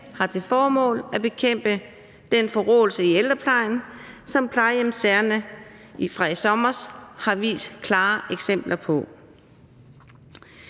har til formål at bekæmpe den forråelse i ældreplejen, som plejehjemssagerne fra i sommer har vist klare eksempler på.